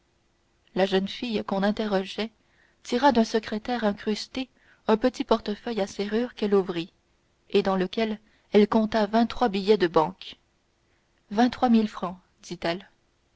la jeune fille qu'on interrogeait tira d'un secrétaire incrusté un petit portefeuille à serrure qu'elle ouvrit et dans lequel elle compta vingt-trois billets de banque vingt-trois mille francs dit-elle